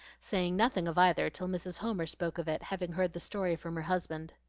saying nothing of either till mrs. homer spoke of it, having heard the story from her husband.